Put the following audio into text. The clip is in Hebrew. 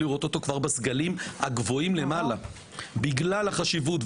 לראות אותו גם בסגלים הגבוהים למעלה בגלל החשיבות,